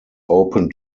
open